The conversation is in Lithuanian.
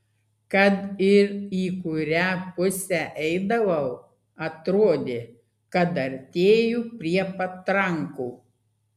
kad ir į kurią pusę eidavau atrodė kad artėju prie patrankų